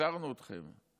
הזהרנו אתכם.